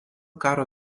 karo